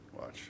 Watch